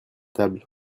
table